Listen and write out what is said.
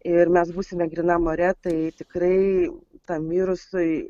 ir mes būsime grynam ore tai tikrai tam virusui